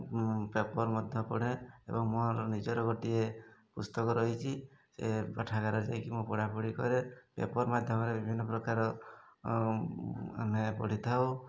paper ମଧ୍ୟ ପଢ଼େ ଏବଂ ମୋର ନିଜର ଗୋଟିଏ ପୁସ୍ତକ ରହିଛି ସେ ପାଠାଗାର ଯାଇକି ମୁଁ ପଢ଼ାପଢ଼ି କରେ ପେପର୍ ମାଧ୍ୟମରେ ବିଭିନ୍ନ ପ୍ରକାର ଆମେ ପଢ଼ିଥାଉ